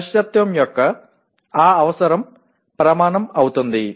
'ఖచ్చితత్వం' యొక్క ఆ అవసరం ప్రమాణం అవుతుంది